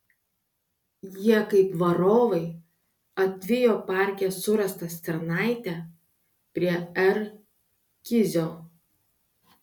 jie kaip varovai atvijo parke surastą stirnaitę prie r kizio